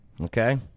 okay